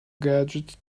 gadgets